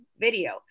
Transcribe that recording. video